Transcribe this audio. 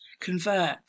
convert